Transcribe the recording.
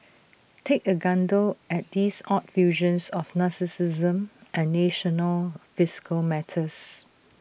take A gander at these odd fusions of narcissism and national fiscal matters